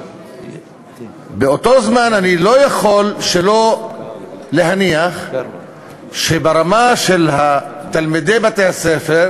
באותו הזמן אני לא יכול שלא להניח שברמה של תלמידי בתי-הספר